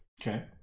okay